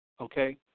Okay